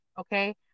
okay